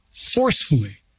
forcefully